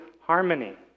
harmony